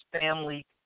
family